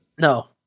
no